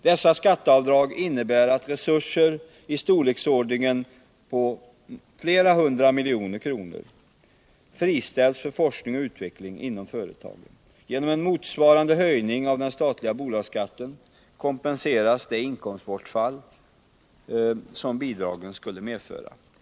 Dessa skatteavdrag innebär att resurser i storleksordningen flera hundra miljoner kronor friställs för forskning och utveckling inom företagen. Genom en motsvarande höjning av den statliga bolagsskatten kompenseras det inkomstbortfall som bidragen skulle medföra.